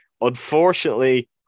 unfortunately